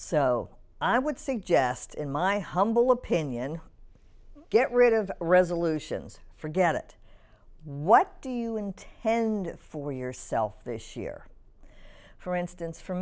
so i would suggest in my humble opinion get rid of resolutions forget it what do you intend for yourself this year for instance for